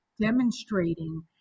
demonstrating